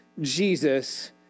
Jesus